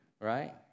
right